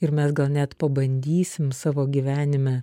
ir mes gal net pabandysim savo gyvenime